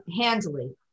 Handily